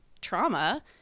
trauma